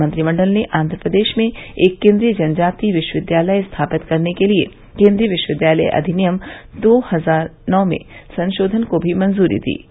मंत्रिमंडल ने आंध्रप्रदेश में एक केन्द्रीय जनजाति विश्वविद्यालय स्थापित करने के लिए केन्द्रीय विश्वविद्यालय अधिनियम दो हजार नौ में संशोधन को भी मंजूरी दी है